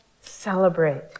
celebrate